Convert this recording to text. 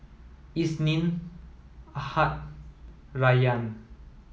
Isnin Ahad Rayyan